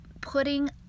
putting